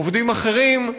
עובדים אחרים,